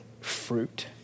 fruit